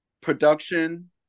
production